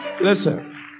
Listen